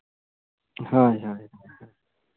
ᱦᱳᱭ ᱦᱳᱭ